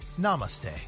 namaste